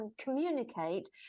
communicate